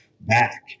back